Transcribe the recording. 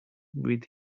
with